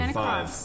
five